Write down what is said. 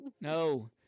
No